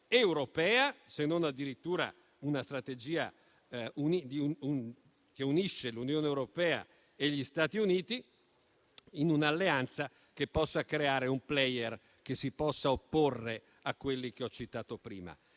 europea, se non addirittura in una strategia che unisce l'Unione europea e gli Stati Uniti, in un'alleanza che possa creare un *player* capace di opporsi a quelli che ho citato prima.